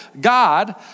God